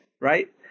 right